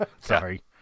Sorry